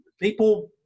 people